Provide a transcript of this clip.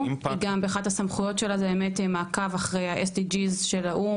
היא גם אחת הסמכויות שלה זה באמת מעקב אחרי הSDGs- של האו"ם.